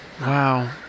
Wow